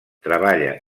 treballa